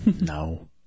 No